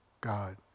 God